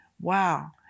Wow